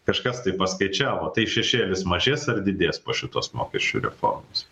kažkas tai paskaičiavo tai šešėlis mažės ar didės po šitos mokesčių reformos